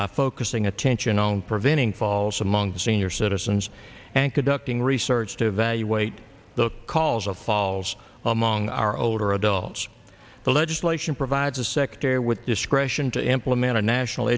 by focusing attention on preventing falls among the senior citizens and conducting research to evaluate the calls of falls among our older adults the legislation provides a sector with discretion to implement a national